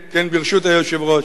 כן, ברשות היושב-ראש.